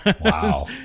Wow